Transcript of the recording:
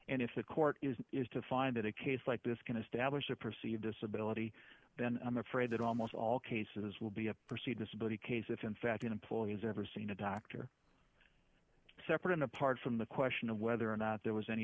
and if the court is is to find that a case like this can establish a perceived disability then i'm afraid that almost all cases will be a perceived disability case if in fact an employee has ever seen a doctor separate and apart from the question of whether or not there was any